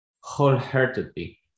wholeheartedly